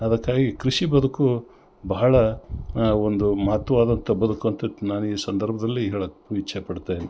ಅದಕ್ಕಾಗಿ ಕೃಷಿ ಬದುಕು ಬಹಳ ಆ ಒಂದು ಮಹತ್ವವಾದಂಥ ಬದುಕು ಅಂತಕ್ ನಾನು ಈ ಸಂದರ್ಬದಲ್ಲಿ ಹೇಳಕ್ಕೆ ಇಚ್ಛೆ ಪಡುತ್ತೇನೆ